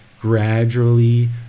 gradually